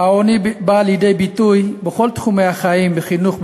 העוני בא לידי ביטוי בכל תחומי החיים: בחינוך,